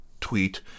tweet